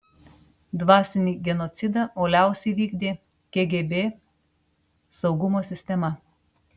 dvasinį genocidą uoliausiai vykdė kgb saugumo sistema